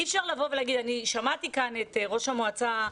אני שמעתי כאן את ראש המועצה,